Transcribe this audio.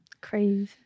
Crazy